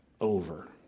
over